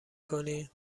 کنی